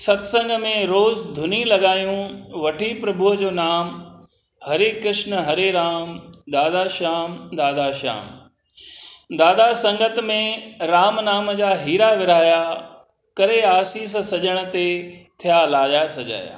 सत्संग में रोज़ु धुनी लगायूं वठी प्रभूअ जो नाम हरी कृष्ण हरे राम दादा श्याम दादा श्याम दादा संगत में राम नाम जा हीरा विरिहाया करे आसीसु सजण ते थिया लाया सजाया